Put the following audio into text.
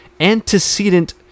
antecedent